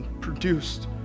produced